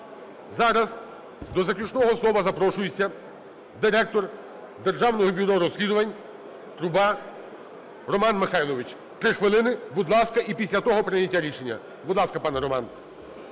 Зараз до заключного слова запрошується директор Державного бюро розслідувань Труба Роман Михайлович. 3 хвилини, будь ласка. І після того - прийняття рішення. Будь ласка, пане Романе.